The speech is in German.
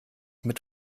mit